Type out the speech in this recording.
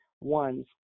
one's